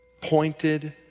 pointed